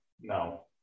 no